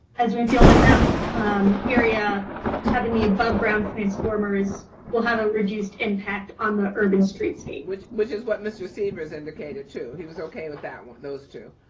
as we feel that that area having the above ground transformers will have a reduced impact on the urban street space. which which is what mr. sievers indicated too. he was okay with that one, those two.